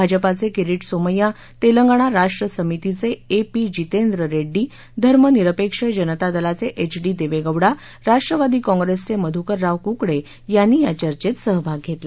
भाजपचे किरीट सोमय्या तेलंगणा राष्ट्र समितीचे A P Jitendra Reddy धर्मनिरपेक्ष जनता दलाचे एच डी देवेगौडा राष्ट्रवादी कॉंप्रेसचे मधुकरराव कुकडे यांनी या चर्चेत सहभाग घेतला